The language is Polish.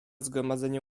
zgromadzenie